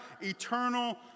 eternal